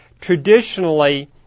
traditionally